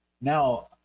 now